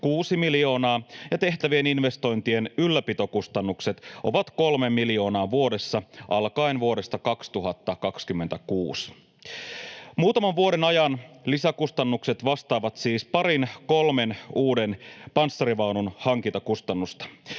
6 miljoonaa ja tehtävien investointien ylläpitokustannukset ovat 3 miljoonaa vuodessa alkaen vuodesta 2026. Muutaman vuoden ajan lisäkustannukset vastaavat siis parin kolmen uuden panssarivaunun hankintakustannuksia.